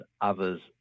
others